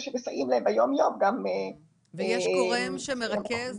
שמסייעים להם ביום-יום גם --- יש גורם שמרכז,